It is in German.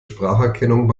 spracherkennung